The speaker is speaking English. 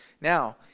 Now